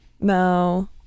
no